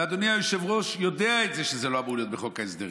ואדוני היושב-ראש יודע את זה שזה לא אמור להיות בחוק ההסדרים,